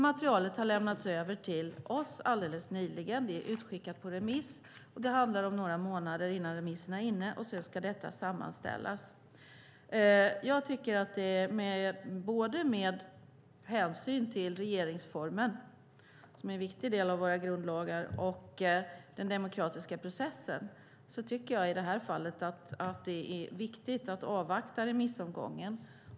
Materialet lämnades nyligen över till oss och är utskickat på remiss. Det handlar om några månader innan remisserna är inne, och sedan ska det sammanställas. Med hänsyn till regeringsformen, som är en viktig del av vår grundlag, och den demokratiska processen är det viktigt att avvakta remissomgången.